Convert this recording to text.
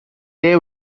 they